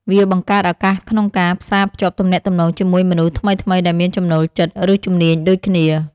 វាបង្កើតឱកាសក្នុងការផ្សារភ្ជាប់ទំនាក់ទំនងជាមួយមនុស្សថ្មីៗដែលមានចំណូលចិត្ត ឬជំនាញដូចគ្នា។